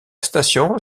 station